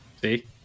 See